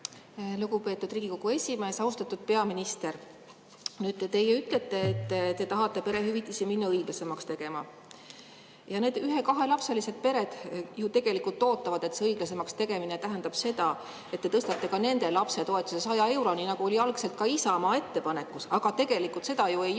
Lugupeetud Riigikogu esimees! Austatud peaminister! Teie ütlete, et te tahate perehüvitisi õiglasemaks teha. Need ühe- ja kahelapselised pered ju tegelikult ootavad, et see õiglasemaks tegemine tähendab seda, et te tõstate ka nende lapsetoetused 100 euroni, nagu oli algselt Isamaa ettepanekus. Aga tegelikult seda ju ei juhtu,